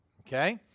Okay